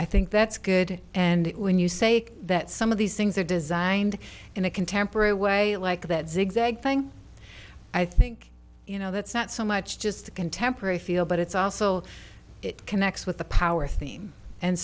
i think that's good and when you say that some of these things are designed in a contemporary way like that zigzag thing i think you know that's not so much just a contemporary feel but it's also it connects with the power theme and